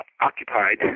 occupied